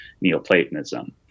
Neoplatonism